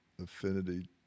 affinity